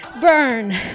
burn